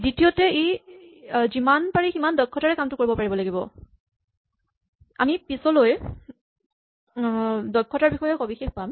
দ্বিতীয়তে ই যিমান পাৰি সিমান দক্ষতাৰে কামটো কৰিব পাৰিব লাগিব আমি পিছলৈ দক্ষতাৰ বিষয়ে সবিশেষ পাম